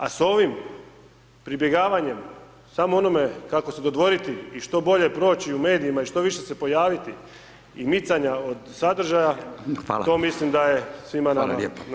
A s ovim pribjegavanjem samo onome kako se dodvoriti i što bolje proći u medijima i što više se pojaviti i micanja od sadržaja [[Upadica: Hvala]] , to mislim da je [[Upadica: Hvala lijepo]] svima nama na štetu.